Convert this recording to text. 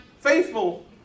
faithful